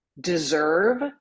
deserve